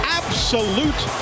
absolute